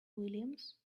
williams